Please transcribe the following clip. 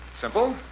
Simple